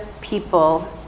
people